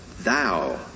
Thou